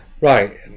right